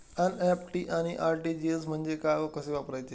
NEFT आणि RTGS म्हणजे काय व कसे वापरायचे?